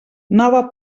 nova